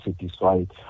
satisfied